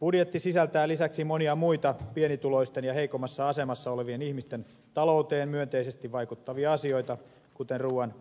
budjetti sisältää lisäksi monia muita pienituloisten ja heikommassa asemassa olevien ihmisten talouteen myönteisesti vaikuttavia asioita kuten ruoan